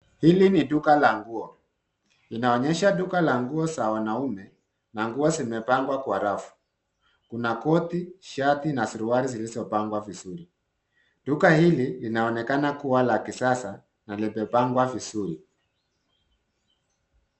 Hili ni duka la nguo. Linaonyesha duka la guo za wanaume na nguo zimepangwa kwa rafu. Kuna koti, shati na suruali zilizopangwa vizuri. Duka hili linaonekana kuwa la kisasa na limepangwa vizuri.